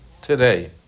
today